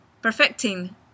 perfecting